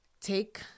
take